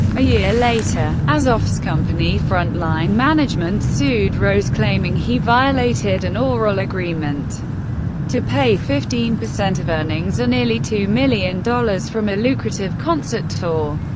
a year later, azoff's company front line management sued rose, claiming he violated an oral agreement to pay fifteen percent of earnings, or nearly two million dollars, from a lucrative concert tour,